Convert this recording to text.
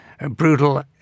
Brutal